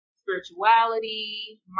spirituality